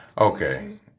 Okay